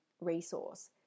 resource